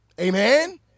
Amen